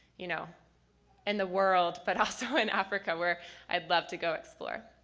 you know and the world, but also in africa where i'd love to go explore.